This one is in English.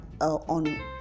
on